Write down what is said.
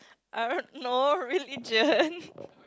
I don't know religion